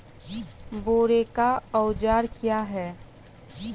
बोरेक औजार क्या हैं?